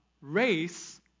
race